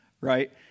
right